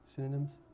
Synonyms